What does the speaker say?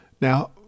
Now